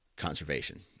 conservation